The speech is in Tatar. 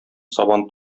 сабан